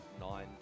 nine